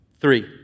three